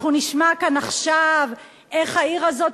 אנחנו נשמע כאן עכשיו איך העיר הזאת